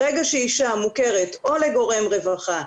ברגע שאישה מוכרת, או לגורם רווחה,